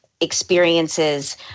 experiences